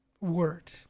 word